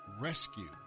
rescue